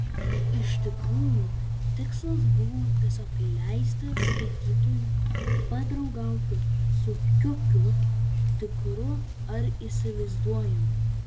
iš tikrųjų tikslas buvo tiesiog leisti skaitytojui padraugauti su kiukiu tikru ar įsivaizduojamu